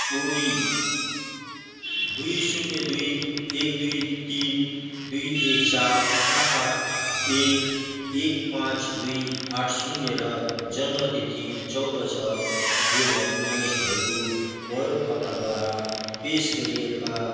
OD दुई शून्य दुई एक दुई तिन दुई एक चार आठ आठ एक एक पाँच दुई आठ शून्य र जन्म तिथी चौध छ दुई हजार उन्नाइस भएको प्रयोगकर्ताद्वारा पेस गरिएका